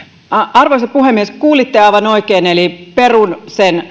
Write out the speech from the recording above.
arvoisa puhemies kuulitte aivan oikein eli perun